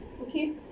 Okay